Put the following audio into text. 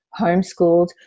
homeschooled